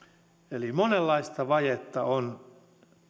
eli monenlaista vajetta on